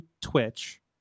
Twitch